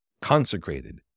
consecrated